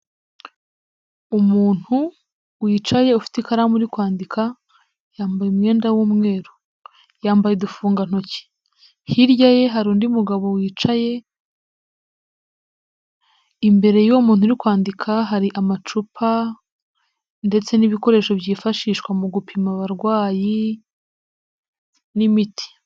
Umuntu wicaye ufite ikaramu uri kwandika yambaye umwenda w'umweru, yambaye udufungantoki. Hirya ye hari undi mugabo wicaye imbere y'owo muntu uri kwandika, hari amacupa ndetse n'ibikoresho byifashishwa mu gupima abarwayi n'imiti.